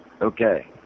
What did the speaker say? Okay